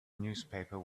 newspaper